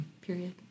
period